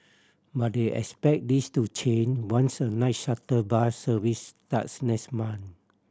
but they expect this to change once a night shuttle bus service starts next month